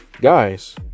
guys